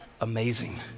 Amazing